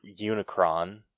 Unicron